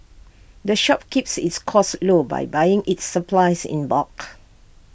the shop keeps its costs low by buying its supplies in bulk